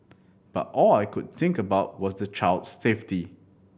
but all I could think about was the child's safety